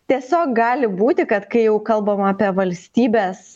tiesiog gali būti kad kai jau kalbam apie valstybės